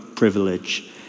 Privilege